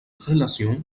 relation